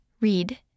read